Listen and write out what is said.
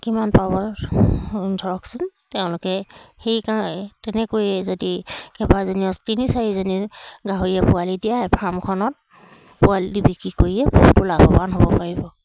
কিমান পাব ধৰকচোন তেওঁলোকে সেইকাৰণে তেনেকৈয়ে যদি কেইবাজনীয়ে তিনি চাৰিজনী গাহৰিয়ে পোৱালি দিয়া ফাৰ্মখনত পোৱালি বিকি কৰিয়ে বহুতো লাভৱান হ'ব পাৰিব